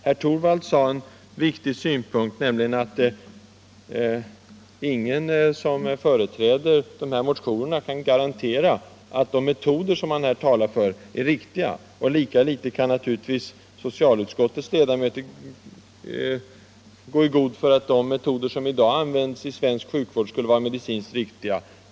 Herr Torwald framförde en viktig synpunkt, nämligen att ingen som företräder motionerna kan garantera att de metoder de talar för är riktiga. Lika litet kan naturligtvis socialutskottets ledamöter gå i god för att den behandling som i dag ges i svensk sjukvård alltid skulle vara medicinskt riktig.